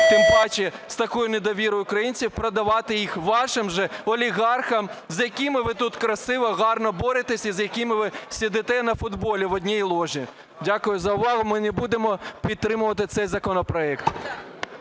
тим паче з такою недовірою українців, продавати їх вашим же олігархам, з якими ви тут красиво, гарно боретеся, і з якими ви сидите на футболі в одній ложі. Дякую за увагу. Ми не будемо підтримувати цей законопроект.